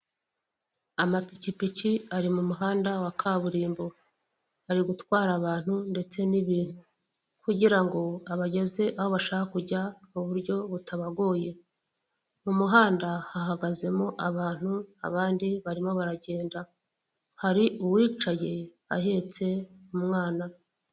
Amapikipiki ari mu muhanda wa kaburimbo ari gutwara abantu ndetse n'ibintu kugira ngo abageze aho bashaka kujya muburyo butabagoye. Mu muhanda hahagazemo abantu, abandi barimo baragenda hari uwicaye ahetse umwana.